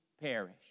perish